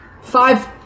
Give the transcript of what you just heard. Five